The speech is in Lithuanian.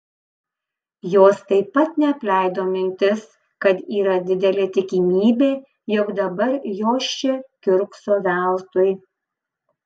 jos taip pat neapleido mintis kad yra didelė tikimybė jog dabar jos čia kiurkso veltui